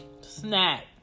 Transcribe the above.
snack